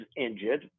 injured